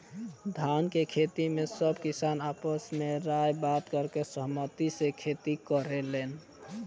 धान के खेती में सब किसान आपस में राय बात करके सहमती से खेती करेलेन